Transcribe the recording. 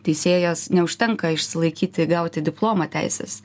teisėjas neužtenka išsilaikyti gauti diplomą teises